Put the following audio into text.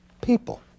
people